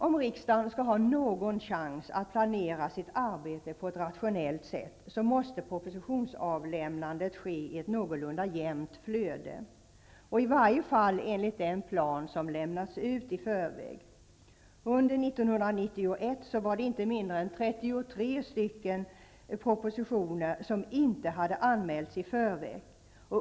Om riksdagen skall ha någon chans att planera sitt arbete på ett rationellt sätt måste propositionsavlämnandet ske i ett någorlunda jämnt flöde -- i varje fall enligt den plan som lämnats ut i förväg. Under 1991 var det inte mindre än 33 propositioner som inte hade anmälts i förväg.